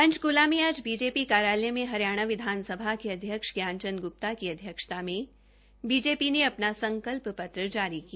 पंचकूला में आज बीजेपी कार्यालय में हरियाणा विधानसभा के अध्यक्ष ज्ञानचंद गुप्ता की अध्यक्षता में बीजेपी ने अपना संकल्प पत्र जारी किया